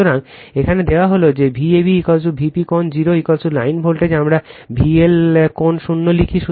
সুতরাং এখানে দেওয়া হল যে Vab Vp কোণ 0 লাইন ভোল্টেজ আমরা VL কোণ শূন্য লিখি